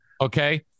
Okay